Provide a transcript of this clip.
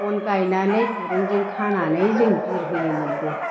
बन गायनानै दिरुंजों खानानै जों बिरहोयोमोनबो